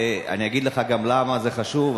ואני גם אגיד לך למה זה חשוב,